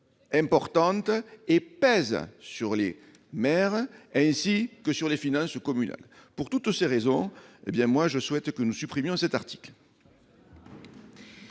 importante et pèse sur les mers, ainsi que sur les finances communales pour toutes ces raisons et bien moi, je souhaite que nous supprimer cet article.